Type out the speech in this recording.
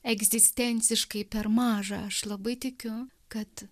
egzistenciškai per maža aš labai tikiu kad